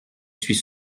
suis